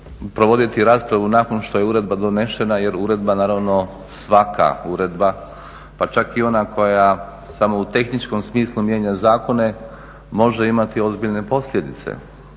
provoditi raspravu nakon što je uredba donesena jer uredba naravno, svaka uredba pa čak i ona koja samo u tehničkom smislu mijenja zakone može imati ozbiljne posljedice